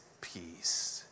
peace